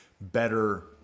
better